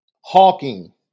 hawking